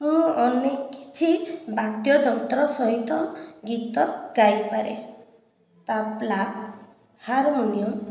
ମୁଁ ଅନେକ କିଛି ବାଦ୍ୟଯନ୍ତ୍ର ସହିତ ଗୀତ ଗାଇପାରେ ତାବ୍ଲା ହାର୍ମୋନିଅମ୍